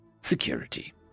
security